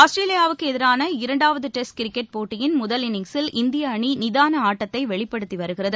ஆஸ்திரேலியாவுக்கு எதிரான இரண்டாவது டெஸ்ட் போட்டியின் முதல் இன்னிங்சில் இந்திய அணி நிதான ஆட்டத்தை வெளிப்படுத்தி வருகிறது